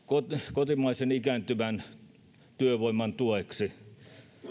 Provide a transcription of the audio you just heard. kotimaisen ikääntyvän työvoiman tueksi